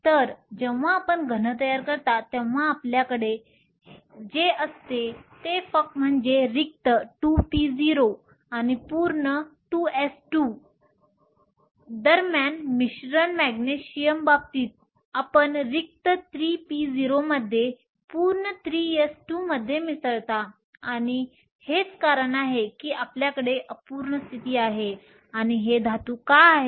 तर जेव्हा आपण घन तयार करता तेव्हा आपल्याकडे जे असते ते म्हणजे रिक्त 2p0 आणि पूर्ण 2s2 दरम्यान मिश्रण मॅग्नेशियमच्या बाबतीत तुम्ही रिक्त 3p0 मध्ये पूर्ण 3s2 मध्ये मिसळता आणि हेच कारण आहे की आपल्याकडे अपूर्ण स्थिती आहे आणि हे धातू का आहेत